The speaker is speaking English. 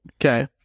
okay